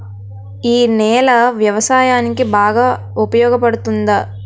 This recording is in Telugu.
ఈ నేల వ్యవసాయానికి బాగా ఉపయోగపడుతుందా?